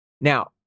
Now